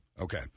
Okay